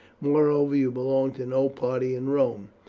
moreover, you belong to no party in rome.